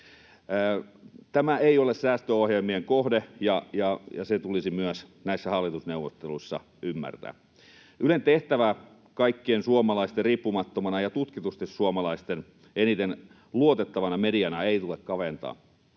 Tämä ei ole säästöohjelmien kohde, ja se tulisi myös näissä hallitusneuvotteluissa ymmärtää. Ylen tehtäviä kaikkien suomalaisten riippumattomana ja tutkitusti suomalaisten eniten luottamana mediana ei tule kaventaa,